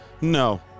No